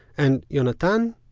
and yonatan?